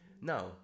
Now